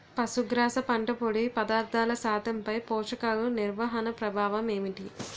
పశుగ్రాస పంట పొడి పదార్థాల శాతంపై పోషకాలు నిర్వహణ ప్రభావం ఏమిటి?